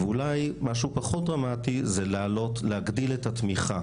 ואולי משהו פחות דרמטי זה להגדיל את התמיכה